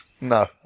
No